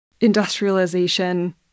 industrialization